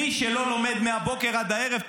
מי שלא לומד מהבוקר עד הערב,